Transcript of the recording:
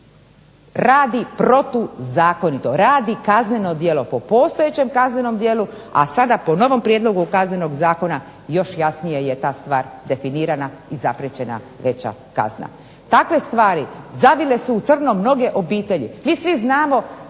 radi protuzakonito, radi kazneno djelo po postojećem kaznenom djelu, a sada po novom prijedlogu Kaznenog zakona još jasnije je ta stvar definirana i zapriječena veća kazna. Takve stvari zavile su u crno mnoge obitelji.